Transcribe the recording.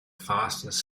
fastest